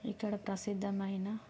ఇక్కడ ప్రసిద్ధమైన